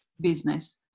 business